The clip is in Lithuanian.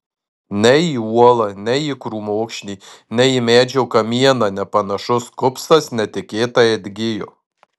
nei į uolą nei į krūmokšnį nei į medžio kamieną nepanašus kupstas netikėtai atgijo